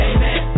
Amen